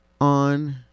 on